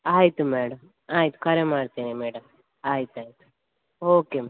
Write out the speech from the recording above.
ಆಯಿತು ಮೇಡಮ್ ಆಯಿತು ಕರೆ ಮಾಡ್ತೇನೆ ಮೇಡಮ್ ಆಯಿತಾಯ್ತು ಓಕೆ ಮೇಡಮ್